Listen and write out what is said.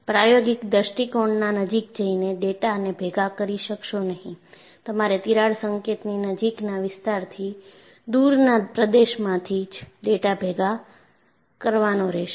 પ્રાયોગિક દૃષ્ટિકોણના નજીક જઈને ડેટાને ભેગા કરી શકશો નહીં તમારે તિરાડ સંકેતની નજીકના વિસ્તારથી દૂરના પ્રદેશમાંથી જ ડેટા ભેગા કરવાનો રહેશે